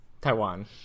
Taiwan